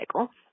cycle